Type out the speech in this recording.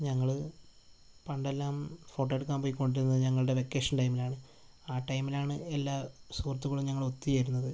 ഞങ്ങൾ പണ്ടെല്ലാം ഫോട്ടോയെടുക്കാൻ പോയിക്കൊണ്ടിരുന്നത് ഞങ്ങളുടെ വെക്കേഷൻ ടൈമിലാണ് ആ ടൈമിലാണ് എല്ലാ സുഹൃത്തുക്കളും ഞങ്ങൾ ഒത്തുചേരുന്നത്